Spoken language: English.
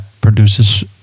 produces